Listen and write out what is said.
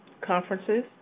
conferences